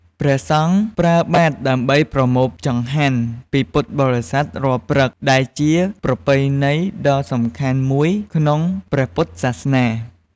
ព្រះសង្ឃប្រើបាតដើម្បីប្រមូលចង្ហាន់ពីពុទ្ធបរិស័ទរាល់ព្រឹក ដែលជាប្រពៃណីដ៏សំខាន់មួយក្នុងព្រះពុទ្ធសាសនា។